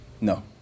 No